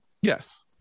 Yes